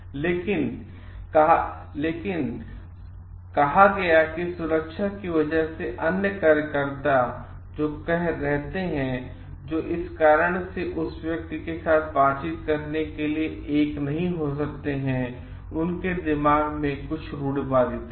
लेकिन कहा कि सुरक्षा की वजह से अन्य कार्यकर्ता जो रहते हैं जो इस कारण से इस व्यक्ति के साथ बातचीत करने के लिए एक नहीं हो सकते हैं उनके दिमाग में कुछ रूढ़वादिता है